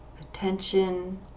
attention